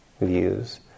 views